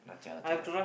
jialat jialat